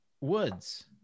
Woods